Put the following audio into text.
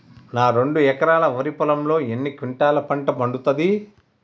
నా రెండు ఎకరాల వరి పొలంలో ఎన్ని క్వింటాలా పంట పండుతది?